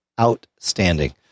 outstanding